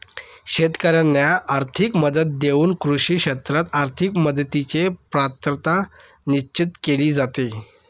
शेतकाऱ्यांना आर्थिक मदत देऊन कृषी क्षेत्रात आर्थिक मदतीची पात्रता निश्चित केली जाते